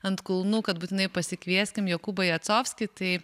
ant kulnų kad būtinai pasikvieskim jokūbą jacovskį tai